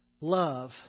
Love